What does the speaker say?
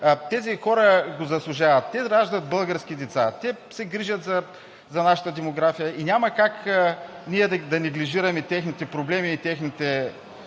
тези хора го заслужават. Те раждат български деца. Те се грижат за нашата демография и няма как да неглижираме техните проблеми. Ще